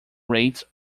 rates